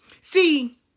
See